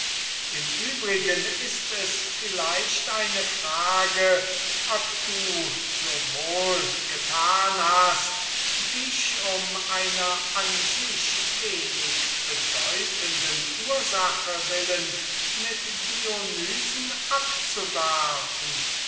im übrigen ist es vielleicht eine frage ob du so wohl getan hast dich um einer an sich wenig bedeutenden ursache willen mit dionysen abzuwerfen